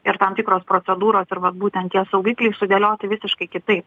ir tam tikros procedūros ir vat būtent tie saugikliai sudėlioti visiškai kitaip